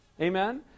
Amen